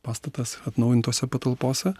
pastatas atnaujintose patalpose